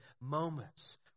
moments